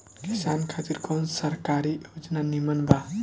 किसान खातिर कवन सरकारी योजना नीमन बा?